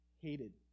hated